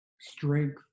strength